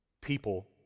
people